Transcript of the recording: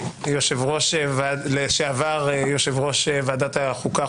לשעבר יושב-ראש ועדת החוקה,